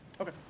Okay